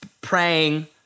praying